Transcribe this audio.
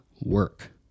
work